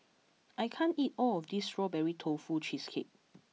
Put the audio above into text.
I can't eat all of this Strawberry Tofu Cheesecake